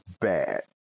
bad